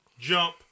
jump